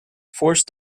forced